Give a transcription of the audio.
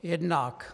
Jednak